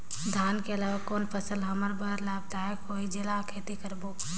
धान के अलावा कौन फसल हमर बर लाभदायक होही जेला खेती करबो?